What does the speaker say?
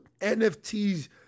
NFTs